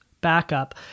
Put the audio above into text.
backup